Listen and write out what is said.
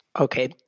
Okay